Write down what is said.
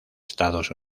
estados